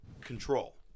control